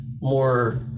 more